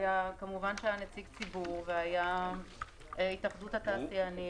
כמובן שהיה נציג ציבור ונציגים של התאחדות התעשיינים,